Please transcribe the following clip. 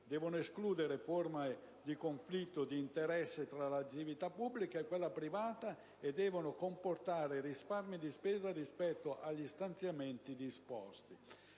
devono escludere forme di conflitto di interesse tra l'attività pubblica e quella privata e devono comportare risparmi di spesa rispetto agli stanziamenti disposti.